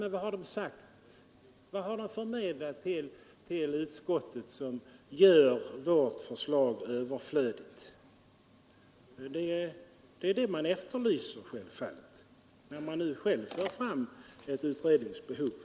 Men vad har de förmedlat till utskottet som gör vårt förslag överflödigt? Det är självfallet det man efterlyser när man nu själv för fram ett utredningsbehov.